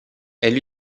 elle